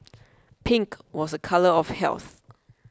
pink was a colour of health